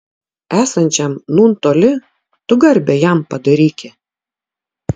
esančiam nūn toli tu garbę jam padaryki